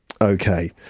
Okay